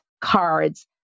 cards